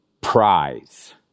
prize